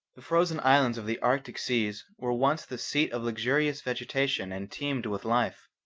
the frozen islands of the arctic seas were once the seat of luxurious vegetation and teemed with life.